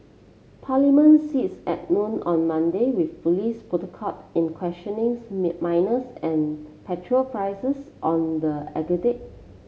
parliament sits at noon on Monday with police protocol in questioning minors and petrol prices on the